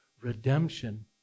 redemption